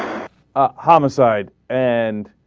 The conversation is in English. ah homicide and